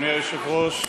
אדוני היושב-ראש,